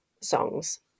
songs